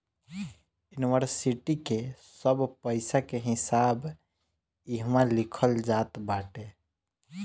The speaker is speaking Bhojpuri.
इन्वरसिटी के सब पईसा के हिसाब इहवा लिखल जात बाटे